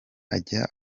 ajya